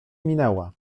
minęła